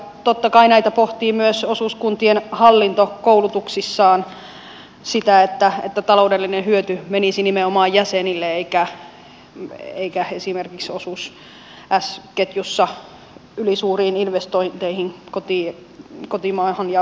totta kai näitä pohtii myös osuuskuntien hallinto koulutuksissaan sitä että taloudellinen hyöty menisi nimenomaan jäsenille eikä esimerkiksi s ketjussa ylisuuriin investointeihin kotimaahan ja ulkomaille